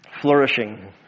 flourishing